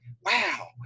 wow